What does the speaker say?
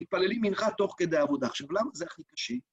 רכבת ישראל נוסעת בישראל